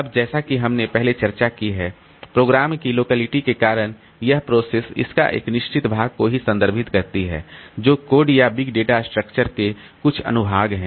अब जैसा कि हमने पहले चर्चा की है प्रोग्राम की लोकलिटी के कारण यह प्रोसेस इसका एक निश्चित भाग को ही संदर्भित करती है जो कोड या बिग डेटा स्ट्रक्चर के कुछ अनुभाग हैं